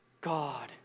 God